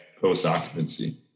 post-occupancy